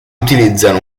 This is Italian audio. utilizzano